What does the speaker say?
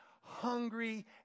hungry